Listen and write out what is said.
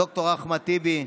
ד"ר אחמד טיבי,